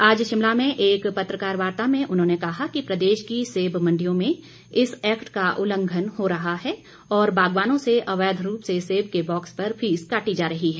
आज शिमला में एक पत्रकार वार्ता में उन्होंने कहा कि प्रदेश की सेब मंडियों में इस एक्ट का उल्लंघन हो रहा है और बागवानों से अवैध रूप से सेब के बॉक्स पर फीस काटी जा रही है